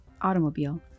Automobile